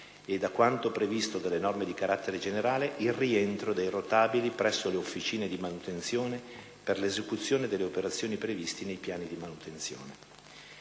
e a quanto previsto dalle norme di carattere generale, il rientro dei rotabili presso le officine di manutenzione per l'esecuzione delle operazioni previste nei piani di manutenzione.